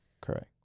correct